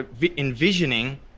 envisioning